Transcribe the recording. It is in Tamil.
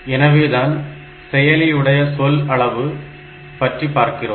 எனவேதான் செயலி உடைய சொல் அளவு பற்றி பார்க்கிறோம்